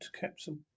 capsule